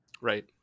right